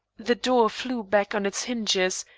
the door flew back on its hinges,